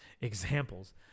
examples